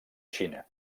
xina